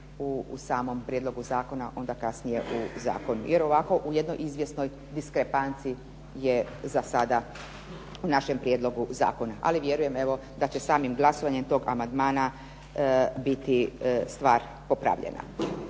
u prijedlogu zakona onda kasnije u Zakonu jer ovako u jednoj izvjesnoj diskrepanciji je za sada u našem Prijedlogu zakona. Ali vjerujem da će samim glasovanjem tog amandmana biti stvar popravljena.